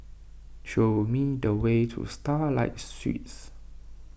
show me the way to Starlight Suites